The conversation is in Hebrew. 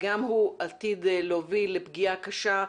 וגם הוא עתיד להוביל לפגיעה קשה,